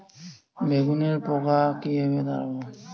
বেগুনের পোকা কিভাবে তাড়াব?